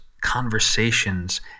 conversations